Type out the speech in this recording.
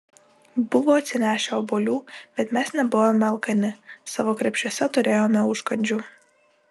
buvo atsinešę obuolių bet mes nebuvome alkani savo krepšiuose turėjome užkandžių